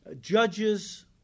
judge's